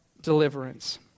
deliverance